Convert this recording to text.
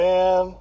Man